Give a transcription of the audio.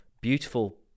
beautiful